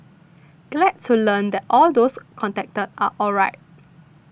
glad to learn that all those contacted are alright